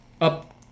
up